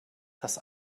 dass